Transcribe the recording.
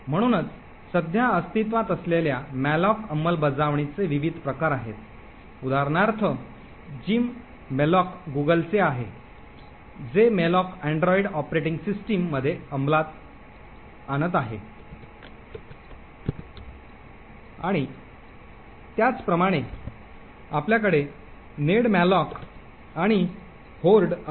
म्हणूनच सध्या अस्तित्त्वात असलेल्या मॅलोक अंमलबजावणीचे विविध प्रकार आहेत उदाहरणार्थ जीमलोक गूगलचे आहे जेमॅलोक अँड्रॉइड ऑपरेटिंग सिस्टममध्ये अंमलात आणत आहे आणि त्याचप्रमाणे आपल्याकडे नेडमॅलोक आणि होर्ड आहे